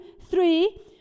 three